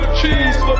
cheese